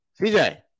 CJ